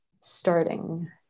starting